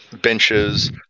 benches